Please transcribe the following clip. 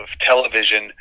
television